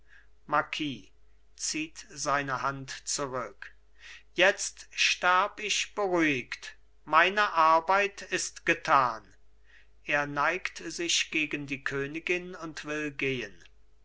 marquis zieht seine hand zurück jetzt sterb ich beruhigt meine arbeit ist getan er neigt sich gegen die königin und will gehen